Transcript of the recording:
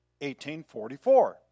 1844